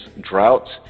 droughts